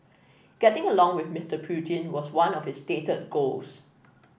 getting along with Mister Putin was one of his stated goals